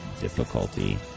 difficulty